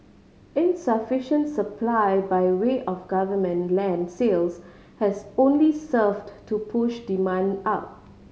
insufficient supply by way of government land sales has only served to push demand up